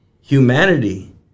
humanity